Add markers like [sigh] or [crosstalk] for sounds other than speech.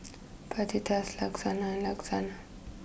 [noise] Fajitas Lasagna Lasagna